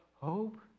hope